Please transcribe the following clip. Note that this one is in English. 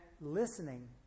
listening